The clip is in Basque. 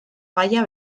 gaia